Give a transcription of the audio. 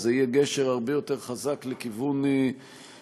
זה יהיה גשר הרבה יותר חזק בכיוון שלום